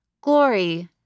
Glory